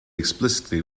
explicitly